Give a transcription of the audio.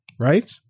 right